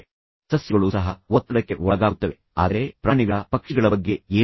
ಈಗ ಸಸ್ಯಗಳು ಸಹ ಒತ್ತಡಕ್ಕೆ ಒಳಗಾಗುತ್ತವೆ ಆದರೆ ಪ್ರಾಣಿಗಳ ಬಗ್ಗೆ ಏನು ಪಕ್ಷಿಗಳ ಬಗ್ಗೆ ಏನು